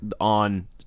on